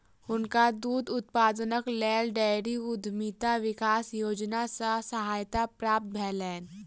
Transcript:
हुनका दूध उत्पादनक लेल डेयरी उद्यमिता विकास योजना सॅ सहायता प्राप्त भेलैन